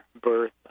birth